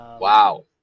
Wow